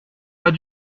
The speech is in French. pas